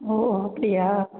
ஓ அப்படியா